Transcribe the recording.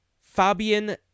Fabian